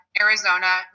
Arizona